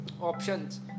options